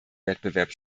wettbewerb